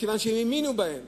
מכיוון שהאמינו בהם